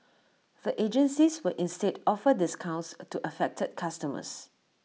the agencies will instead offer discounts to affected customers